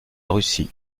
russie